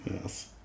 Yes